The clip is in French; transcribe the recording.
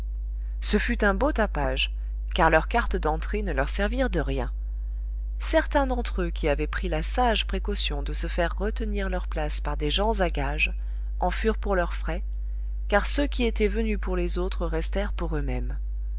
ce fut un beau tapage car leurs cartes d'entrée ne leur servirent de rien certains d'entre eux qui avaient pris la sage précaution de se faire retenir leurs places par des gens à gages en furent pour leurs frais car ceux qui étaient venus pour les autres restèrent pour eux-mêmes